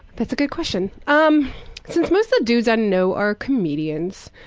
that's a good question. um since most of the dudes i know are comedians,